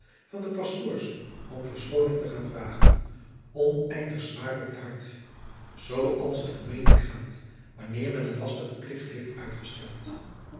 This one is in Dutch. van de pastoorsche om verschooning te gaan vragen oneindig zwaar op het hart zoo als het gemeenlijk gaat wanneer men een lastigen plicht heeft uitgesteld